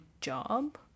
job